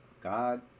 God